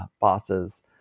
bosses